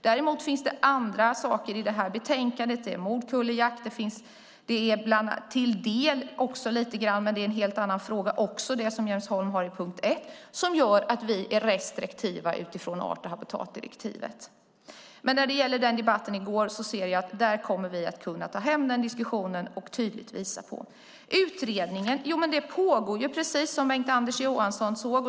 Det finns annat i betänkandet, till exempel frågan om morkullejakt, som gör att vi är restriktiva i fråga om art och habitatdirektivet. Det gäller också det som Jens Holm tar upp i punkt 1, men det är en annan fråga. Av debatten i går ser jag att vi kommer att kunna ta hem diskussionen. Det pågår ju en utredning som Bengt-Anders Johansson sade.